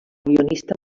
guionista